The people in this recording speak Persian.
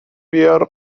بیار